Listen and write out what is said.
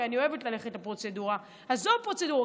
כי אני אוהבת ללכת לפרוצדורה עזוב פרוצדורה,